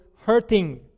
hurting